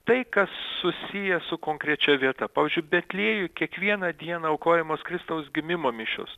tai kas susiję su konkrečia vieta pavyzdžiui betliejuj kiekvieną dieną aukojamos kristaus gimimo mišios